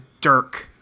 Dirk